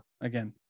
again